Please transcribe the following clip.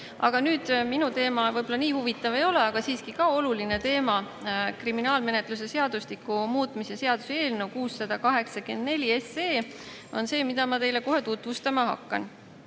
koolides. Minu teema võib-olla nii huvitav ei ole, aga on siiski ka oluline teema. Kriminaalmenetluse seadustiku muutmise seaduse eelnõu 684 on see, mida ma teile kohe tutvustama hakkan.